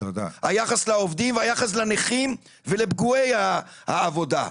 היחס לעובדים והיחס לנכים ולפגועי העבודה,